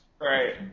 Right